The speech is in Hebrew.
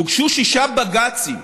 הוגשו שישה בג"צים.